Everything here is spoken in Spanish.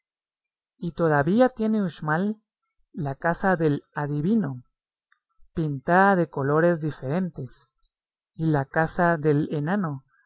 y todavía tiene uxmal la casa del adivino pintada de colores diferentes y la casa del enano